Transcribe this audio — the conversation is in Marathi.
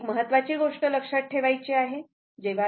एक महत्त्वाची गोष्ट लक्षात ठेवायची आहे